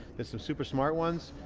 there's some super smart ones.